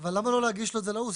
אבל למה לא להגיש לו את זה לעוס?